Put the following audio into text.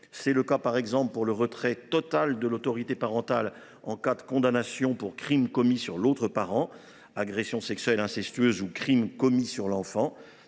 C’est le cas, par exemple, du retrait total de l’autorité parentale en cas de condamnation pour crime commis sur l’autre parent, agression sexuelle incestueuse ou crime commis sur l’enfant.